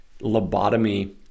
lobotomy